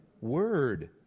Word